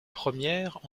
première